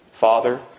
Father